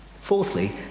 Fourthly